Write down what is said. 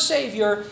Savior